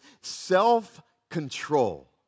self-control